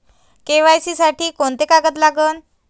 KYC साठी कोंते कागद लागन?